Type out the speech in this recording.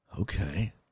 okay